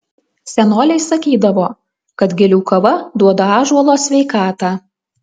senoliai sakydavo kad gilių kava duoda ąžuolo sveikatą